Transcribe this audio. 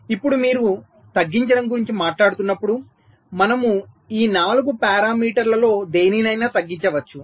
ఇప్పుడు మీరు తగ్గించడం గురించి మాట్లాడుతున్నప్పుడు మనము ఈ 4 పారామీటర్లలో దేనినైనా తగ్గించవచ్చు